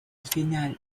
final